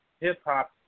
hip-hop